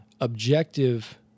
objective